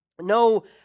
no